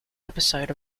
episode